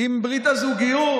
עם ברית הזוגיות?